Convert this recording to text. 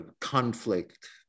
conflict